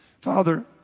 Father